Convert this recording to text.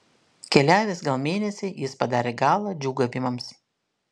keliavęs gal mėnesį jis padarė galą džiūgavimams